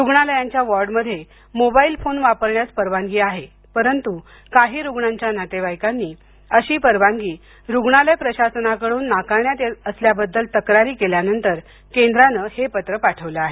रुग्णालयांच्या वार्डमध्ये mobile phones वापरण्यास परवानगी आहे परंतु काही रुग्णांच्या नातेवाईकांनी अशी परवानगी रुग्णालय प्रशासनांकडून नाकारण्यात येत असल्याबद्दल तक्रारी केल्यानंतर केंद्रानं हे पत्र पाठवलं आहे